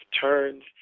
turns